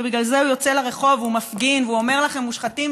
ובגלל זה הוא יוצא לרחוב והוא מפגין והוא אומר לכם: מושחתים,